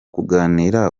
kuganira